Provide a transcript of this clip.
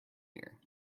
here